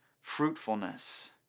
fruitfulness